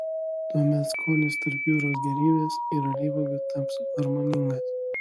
tuomet skonis tarp jūros gėrybės ir alyvuogių taps harmoningas